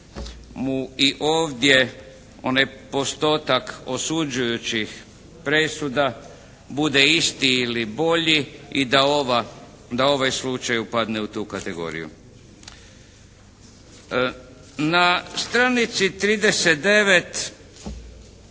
mu i ovdje onaj postotak osuđujućih presuda bude isti ili bolji i da ovaj slučaj upadne u tu kategoriju. Na stranici 39